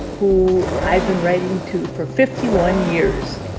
who i've been writing to for fifty one years.